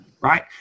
right